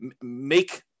make